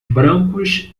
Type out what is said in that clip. brancos